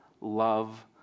love